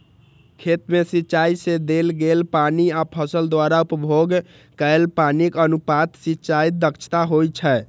खेत मे सिंचाइ सं देल गेल पानि आ फसल द्वारा उपभोग कैल पानिक अनुपात सिंचाइ दक्षता होइ छै